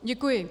Děkuji.